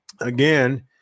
again